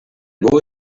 boy